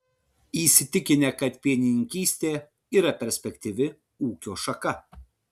įsitikinę kad pienininkystė yra perspektyvi ūkio šaka